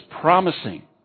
promising